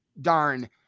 darn